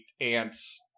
ants